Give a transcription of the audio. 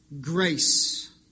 grace